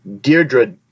Deirdre